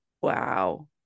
Wow